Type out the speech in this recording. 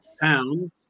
pounds